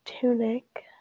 tunic